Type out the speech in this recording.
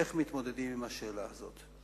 איך מתמודדים עם השאלה הזו.